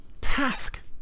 task